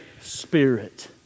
spirit